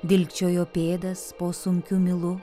dilgčiojo pėdas po sunkiu milu